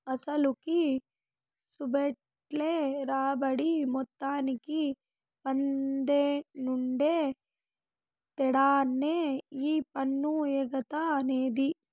అసలుకి, సూపెట్టే రాబడి మొత్తానికి మద్దెనుండే తేడానే ఈ పన్ను ఎగేత అనేది